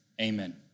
Amen